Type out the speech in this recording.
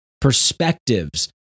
perspectives